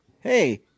hey